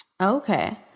Okay